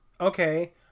Okay